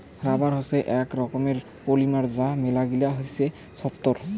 rubber হসে আক রকমের পলিমার যা মেলা ছক্ত হই